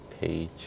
page